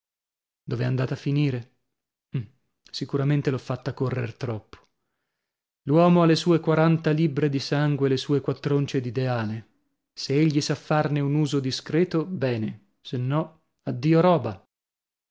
fantasia dov'è andata a finire sicuramente l'ho fatta correr troppo l'uomo ha le sue quaranta libbre di sangue e le sue quattr'once d'ideale se egli sa farne un uso discreto bene se no addio roba